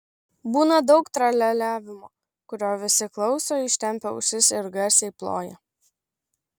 būna daug tralialiavimo kurio visi klauso ištempę ausis ir garsiai ploja